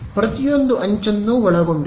ಪ್ರತಿಯೊಂದು ಅಂಚನ್ನೂ ಒಳಗೊಂಡಿತ್ತು